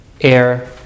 air